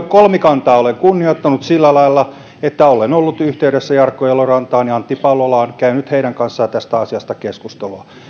kolmikantaa kunnioittanut sillä lailla että olen ollut yhteydessä jarkko elorantaan ja antti palolaan ja käynyt heidän kanssaan tästä asiasta keskustelua